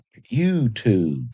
YouTube